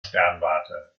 sternwarte